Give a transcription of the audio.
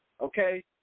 Okay